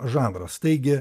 žanras taigi